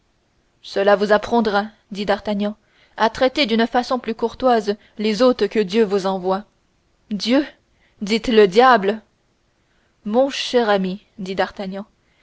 cela vous apprendra dit d'artagnan à traiter d'une façon plus courtoise les hôtes que dieu vous envoie dieu dites le diable mon cher ami dit